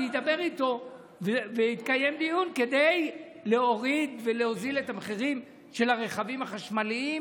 אני אדבר איתו ואקיים דיון כדי להוריד את המחירים של הרכבים החשמליים,